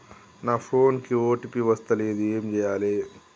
నా ఫోన్ కి ఓ.టీ.పి వస్తలేదు ఏం చేయాలే?